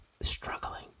struggling